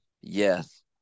Yes